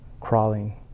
crawling